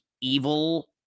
evil